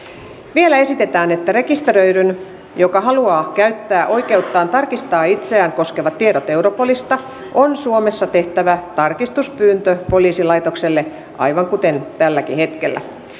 vielä esitetään että rekisteröidyn joka haluaa käyttää oikeuttaan tarkistaa itseään koskevat tiedot europolista on suomessa tehtävä tarkistuspyyntö poliisilaitokselle aivan kuten tälläkin hetkellä